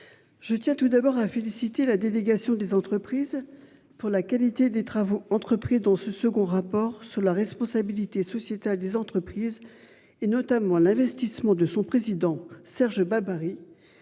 Je tiens tout d'abord à féliciter la délégation des entreprises pour la qualité des travaux entrepris dans ce second rapport sur la responsabilité sociétale des entreprises, et notamment l'investissement de son président, Serge Babary.